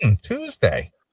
Tuesday